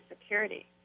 security